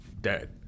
dead